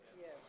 Yes